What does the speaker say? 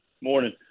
Morning